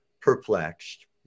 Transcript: perplexed